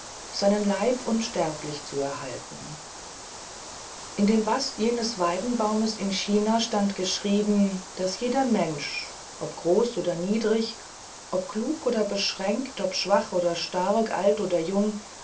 seinen leib unsterblich zu erhalten in dem bast jenes weidenbaumes in china stand geschrieben daß jeder mensch ob groß oder niedrig ob klug oder beschränkt ob schwach oder stark alt oder jung